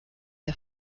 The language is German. der